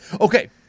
Okay